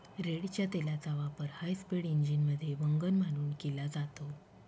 रेडच्या तेलाचा वापर हायस्पीड इंजिनमध्ये वंगण म्हणून केला जातो